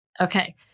Okay